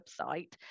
website